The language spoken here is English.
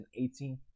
2018